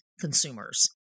consumers